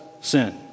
sin